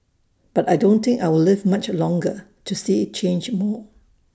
but I don't think I'll live much longer to see IT change more